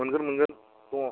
मोनगोन मोनगोन दङ